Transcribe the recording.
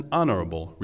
honorable